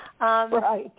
Right